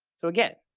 so again,